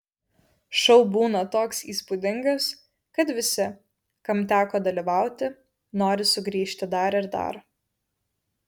šou būna toks įspūdingas kad visi kam teko dalyvauti nori sugrįžti dar ir dar